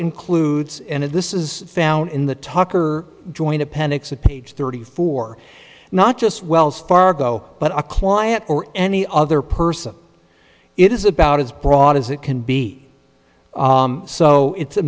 includes and this is found in the tucker joint appendix a page thirty four not just wells fargo but a client or any other person it is about as broad as it can be so it's a